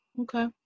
Okay